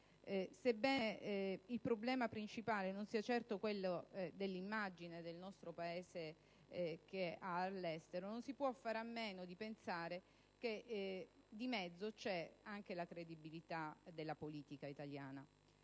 Sebbene il problema principale non sia certo quello dell'immagine del nostro Paese all'estero, non si può far a meno di pensare che di mezzo c'è anche la credibilità della politica italiana.